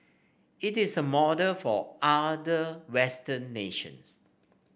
it is a model for other Western nations